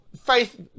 faith